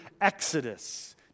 Exodus